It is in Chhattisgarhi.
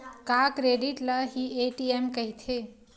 का क्रेडिट ल हि ए.टी.एम कहिथे?